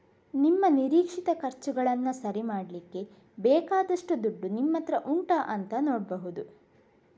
ನಿಮ್ಮ ನಿರೀಕ್ಷಿತ ಖರ್ಚುಗಳನ್ನ ಸರಿ ಮಾಡ್ಲಿಕ್ಕೆ ಬೇಕಾದಷ್ಟು ದುಡ್ಡು ನಿಮ್ಮತ್ರ ಉಂಟಾ ಅಂತ ನೋಡ್ಬಹುದು